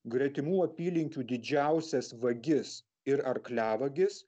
gretimų apylinkių didžiausias vagis ir arkliavagis